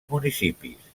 municipis